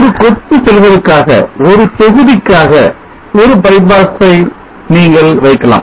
ஒரு கொத்து செல்களுக்காக ஒரு தொகுதிக்காக ஒரு bypass ஐ நீங்கள் வைக்கலாம்